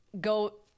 go